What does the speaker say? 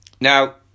Now